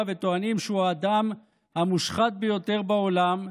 וטוענים שהוא האדם המושחת ביותר בעולם,